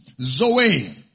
Zoe